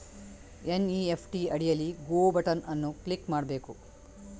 NEFT ಅಡಿಯಲ್ಲಿ go button ಅನ್ನು click ಮಾಡಬೇಕು